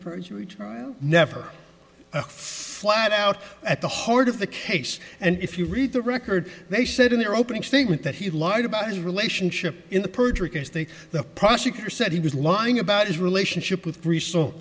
perjury trial never flat out at the heart of the case and if you read the record they said in their opening statement that he lied about his relationship in the perjury case they the prosecutor said he was lying about his relationship with bree so